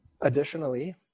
Additionally